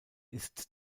ist